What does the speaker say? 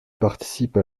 participe